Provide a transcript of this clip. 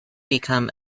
become